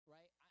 Right